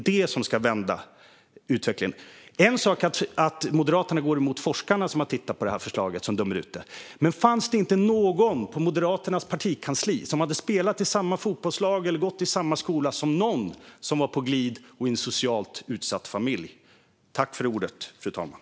Det är en sak att Moderaterna går emot forskarna, som har tittat på förslaget och dömt ut det, men finns det inte någon på Moderaternas partikansli som har spelat i samma fotbollslag eller gått i samma skola som någon från en socialt utsatt familj som har varit på glid?